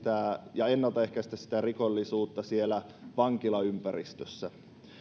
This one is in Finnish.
ja ennaltaehkäistä rikollisuutta siellä vankilaympäristössä